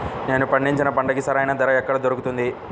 నేను పండించిన పంటకి సరైన ధర ఎక్కడ దొరుకుతుంది?